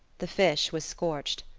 the fish was scorched.